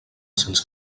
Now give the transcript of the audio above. sense